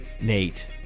Nate